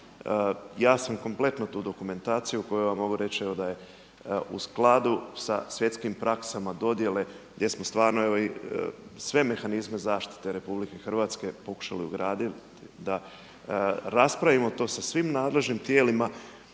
Ja sam kompletno tu dokumentaciju koju vam mogu reći evo da je u skladu sa svjetskim praksama dodjele gdje smo sve mehanizme zaštite RH pokušali ugraditi da raspravimo to sa svim nadležnim tijelima.